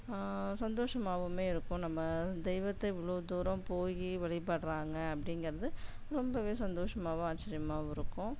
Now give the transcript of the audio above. சந்தோஷமாகவுமே இருக்கும் நம்ம தெய்வத்தை இவ்வளோ தூரம் போய் வழிபடுறாங்க அப்படிங்கறது ரொம்பவே சந்தோஷமாகவும் ஆச்சிரியமாகவும் இருக்கும்